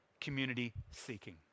community-seeking